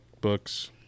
books